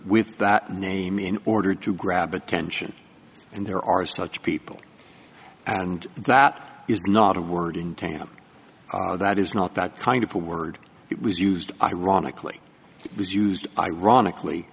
with that name in order to grab attention and there are such people and that is not a word in tam that is not that kind of a word it was used ironically it was used ironically